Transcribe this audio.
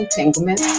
Entanglement